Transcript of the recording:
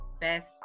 best